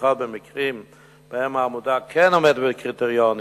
במיוחד במקרים שבהם העמותה כן עומדת בקריטריונים